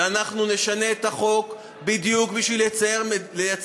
ואנחנו נשנה את החוק בדיוק בשביל לייצב